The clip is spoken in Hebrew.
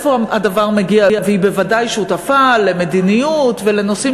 והיא בוודאי שותפה למדיניות ולנושאים